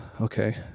okay